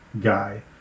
guy